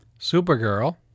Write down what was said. Supergirl